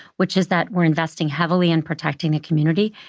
which is that we're investing heavily in protecting the community.